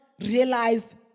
realize